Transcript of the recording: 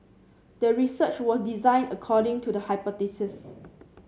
the research was designed according to the hypothesis